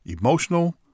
emotional